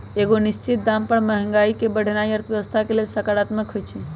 एगो निश्चित दाम पर महंगाई के बढ़ेनाइ अर्थव्यवस्था के लेल सकारात्मक होइ छइ